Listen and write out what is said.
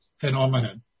phenomenon